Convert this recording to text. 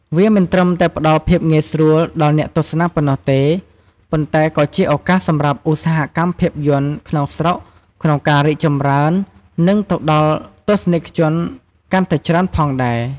វាមិនត្រឹមតែផ្ដល់ភាពងាយស្រួលដល់អ្នកទស្សនាប៉ុណ្ណោះទេ ប៉ុន្តែក៏ជាឱកាសសម្រាប់ឧស្សាហកម្មភាពយន្តក្នុងស្រុកក្នុងការរីកចម្រើន និងទៅដល់ទស្សនិកជនកាន់តែច្រើនផងដែរ។